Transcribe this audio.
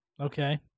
Okay